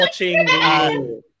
watching